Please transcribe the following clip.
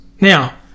Now